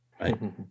right